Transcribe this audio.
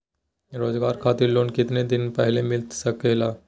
रोजगार खातिर लोन कितने दिन पहले मिलता सके ला?